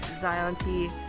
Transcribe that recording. Zion-T